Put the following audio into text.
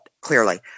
clearly